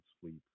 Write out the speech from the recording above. sleep